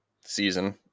season